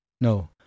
No